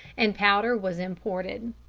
and powder was imported.